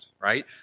right